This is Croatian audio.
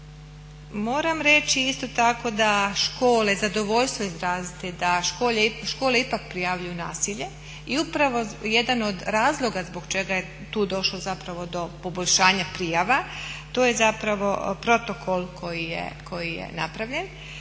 Moram reći isto tako da škole, zadovoljstvo je izraziti da škole ipak prijavljuju nasilje i upravo jedan od razloga zbog čega je tu došlo zapravo do poboljšanja prijava. To je zapravo protokol koji je napravljen